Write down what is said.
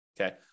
okay